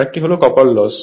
আরেকটি হল copper loss